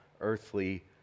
earthly